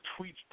tweets